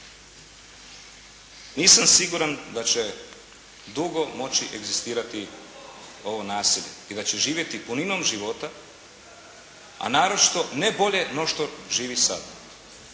nisam siguran da će dugo moći egzistirati ovo naselje i da će živjeti puninom života, a naročito ne bolje no što živi sad.